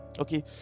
okay